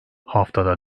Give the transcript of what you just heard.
haftada